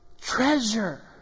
treasure